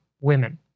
women